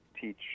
teach